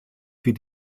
für